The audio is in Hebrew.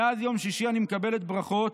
מאז יום שישי אני מקבלת ברכות.